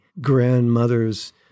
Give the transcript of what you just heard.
grandmother's